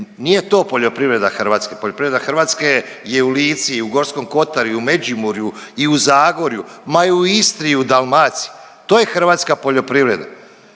nije to poljoprivreda Hrvatske, poljoprivreda Hrvatske je u Lici i u Gorskom kotaru i u Međimurju i u Zagorju, ma i u Istri i u Dalmaciji, to je hrvatska poljoprivreda.